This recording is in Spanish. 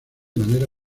manera